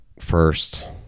first